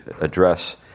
address